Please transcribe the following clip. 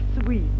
sweet